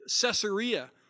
Caesarea